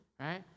Right